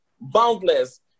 boundless